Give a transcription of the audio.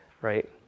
right